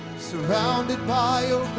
surrounded by